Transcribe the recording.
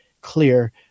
clear